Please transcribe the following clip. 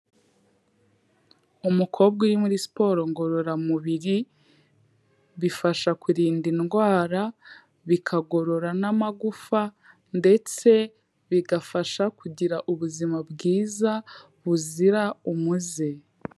Umukobwa uri muri siporo ngororamubiri, bifasha kurinda indwara, bikagorora n'amagufa, ndetse bigafasha kugira ubuzima bwiza, buzira umuze.